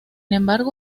embargo